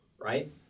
right